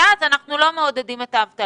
בצורה הזו אנחנו לא מעודדים את האבטלה,